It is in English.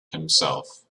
himself